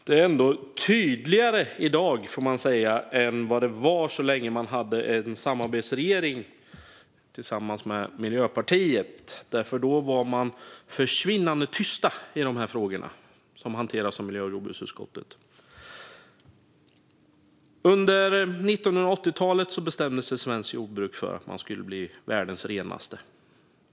Det är tydligare i dag än vad det var så länge man hade en samarbetsregering tillsammans med Miljöpartiet, för då var man försvinnande tysta i de här frågorna som hanteras av miljö och jordbruksutskottet. Under 1980-talet bestämdes att svenskt jordbruk skulle bli världens renaste.